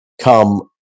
come